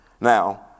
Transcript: now